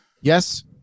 Yes